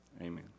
Amen